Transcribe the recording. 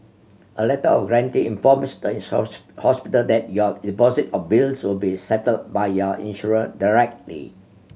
a Letter of Guarantee informs the hospital that your deposit or bills will be settled by your insurer directly